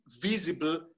visible